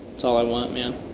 all i want, man.